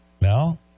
No